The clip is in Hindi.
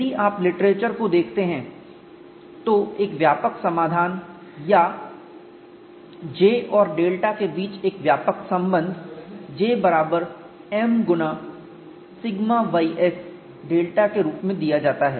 यदि आप लिटरेचर को देखते हैं तो एक व्यापक समाधान या J और डेल्टा के बीच एक व्यापक संबंध J बराबर m गुना σys डेल्टा के रूप में दिया जाता है